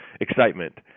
excitement